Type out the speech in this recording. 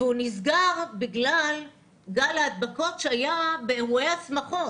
והוא נסגר בגלל גל ההדבקות שהיה באירועי השמחות